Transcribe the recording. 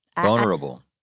Vulnerable